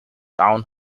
town